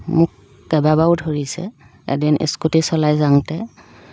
মোক কেইবাবাৰো ধৰিছে এদিন স্কুটি চলাই যাওঁতে